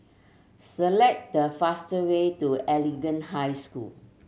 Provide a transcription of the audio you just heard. select the fastest way to Anglican High School